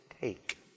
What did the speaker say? take